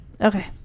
Okay